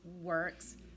works